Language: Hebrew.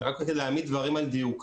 אני רק רוצה להעמיד דברים על דיוקם.